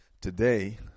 today